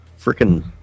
freaking